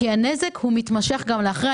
כי הנזק הוא מתמשך גם אחרי.